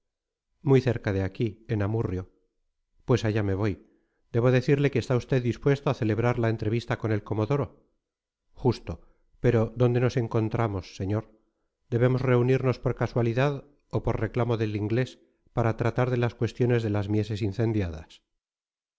muy cerca de aquí en amurrio pues allá me voy debo decirle que está usted dispuesto a celebrar la entrevista con el comodoro justo pero dónde nos encontramos señor debemos reunirnos por casualidad o por reclamo del inglés para tratar de la cuestión de las mieses incendiadas